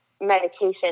medication